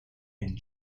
and